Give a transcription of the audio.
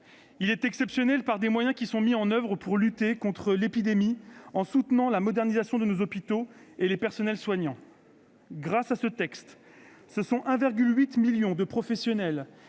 Il est exceptionnel par les moyens qui sont mis en oeuvre pour lutter contre l'épidémie, en soutenant la modernisation de nos hôpitaux et les personnels soignants. Grâce à ce texte, ce sont 1,8 million de professionnels